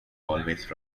always